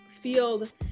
field